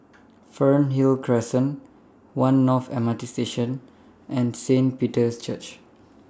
Fernhill Crescent one North M R T Station and Saint Peter's Church